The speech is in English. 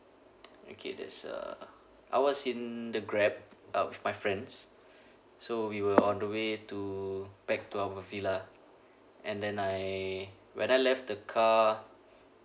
okay that's uh I was in the Grab uh with my friends so we were on the way to back to our villa and then I when I left the car